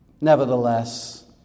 nevertheless